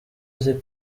uzi